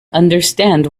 understand